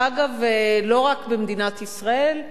הוא אגב לא רק במדינת ישראל,